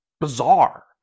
bizarre